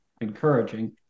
encouraging